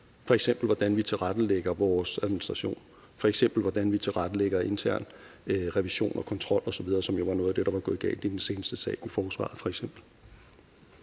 f.eks. hvordan vi tilrettelægger vores administration, f.eks. hvordan vi tilrettelægger intern revision og kontrol osv., som jo var noget af det, der var gået galt i den seneste sag fra forsvaret. Kl.